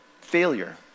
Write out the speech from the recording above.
failure